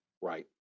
right